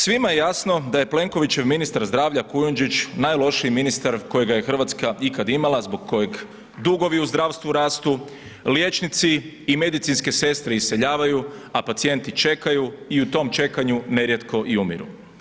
Svima je jasno da je Plenkovićev ministar zdravlja Kujundžić najlošiji ministar kojega je Hrvatska ikada imala, zbog kojeg dugovi u zdravstvu rastu liječnici i medicinske sestre iseljavaju a pacijenti čekaju i u tom čekanju nerijetko i umiru.